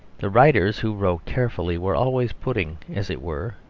the writers who wrote carefully were always putting, as it were,